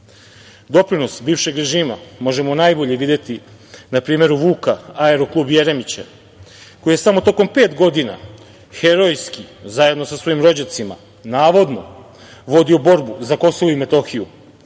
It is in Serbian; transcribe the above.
bivšeg režima možemo najbolje videti na primeru Vuka, „aeroklub“ Jeremića koji je samo tokom pet godina herojski, zajedno sa svojim rođacima, navodno, vodio borbu za KiM iz